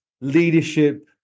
leadership